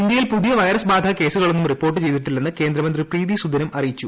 ഇന്ത്യയിൽ പുതിയ വൈറസ് ബാധ കേസുകളൊന്നും റിപ്പോർട്ട് ചെയ്തിട്ടില്ലെന്ന് കേന്ദ്രമന്ത്രി പ്രീതി സുദനും അറിയിച്ചു